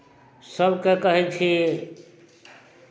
सभकेँ कहै छियै